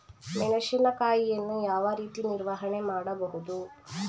ಮೆಣಸಿನಕಾಯಿಯನ್ನು ಯಾವ ರೀತಿ ನಿರ್ವಹಣೆ ಮಾಡಬಹುದು?